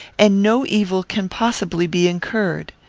and no evil can possibly be incurred?